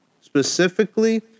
specifically